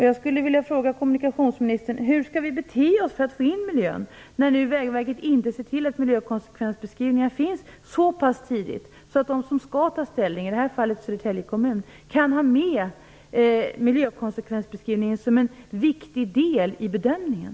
Jag skulle vilja fråga kommunikationsministern hur vi skall bete oss för att få in miljön, när Vägverket inte ser till att det finns miljökonsekvensbeskrivningar så pass tidigt att de som skall ta ställning, i det här fallet Södertälje kommun, kan ha miljökonsekvensbeskrivningen som en viktig del i bedömningen.